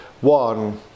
one